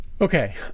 Okay